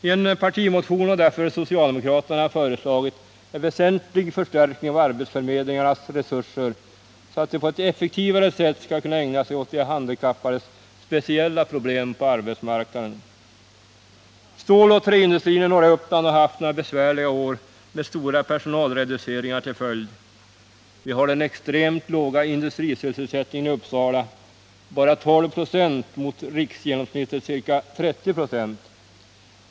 I en partimotion har socialdemokraterna därför föreslagit en väsentlig förstärkning av arbetsförmedlingarnas resurser, så att de på ett effektivare sätt skall kunna ägna sig åt de handikappades speciella problem på arbetsmarknaden. Ståloch träindustrin i norra Uppland har haft några besvärliga år med stora personalreduceringar till följd. Vi har den extremt låga industrisysselsättningen i Uppsala, bara 12 ?» mot riksgenomsnittets ca 30 2.